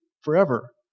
Forever